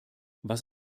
was